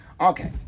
Okay